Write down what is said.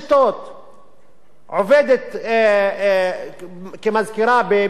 עובדת כמזכירה באיזה משרד של עורכי-דין,